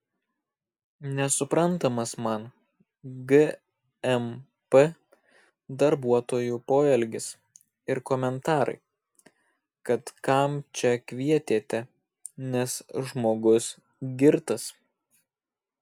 nesuprantamas man gmp darbuotojų poelgis ir komentarai kad kam čia kvietėte nes žmogus girtas